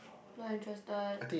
not interested